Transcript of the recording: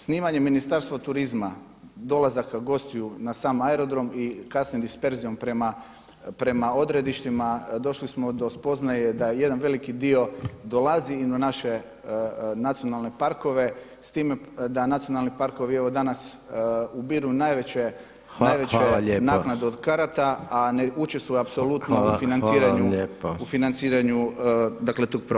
Snimanje Ministarstva turizma dolazaka gostiju na sam aerodrom i kasnije disperzijom prema odredištima, došli smo do spoznaje da jedan veliki dio dolazi i na naše nacionalne parkove s time da nacionalni parkovi danas ubiru najveće naknade od karata, a ne učestvuje [[Upadica Reiner: Hvala vam.]] apsolutno u financiranju tog prometa.